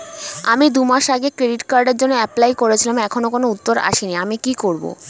আমি দুমাস আগে ক্রেডিট কার্ডের জন্যে এপ্লাই করেছিলাম এখনো কোনো উত্তর আসেনি আমি কি করব?